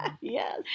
Yes